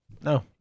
No